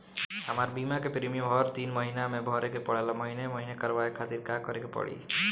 हमार बीमा के प्रीमियम हर तीन महिना में भरे के पड़ेला महीने महीने करवाए खातिर का करे के पड़ी?